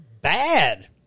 bad